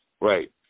right